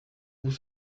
vous